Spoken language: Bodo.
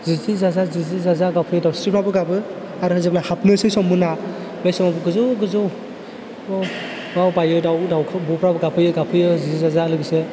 जिजि जाजा जिजि जाजा गाबफैयो दाउस्रिफ्राबो गाबो आरो जेब्ला हाबनोसै सम मोना बे समाव गोजौ गोजौआव बायो दाउ दाउ खौवौफ्राबो गाबफैयो गाबफैयो जिजि जाजा लोगोसे